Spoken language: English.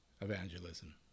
evangelism